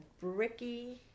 bricky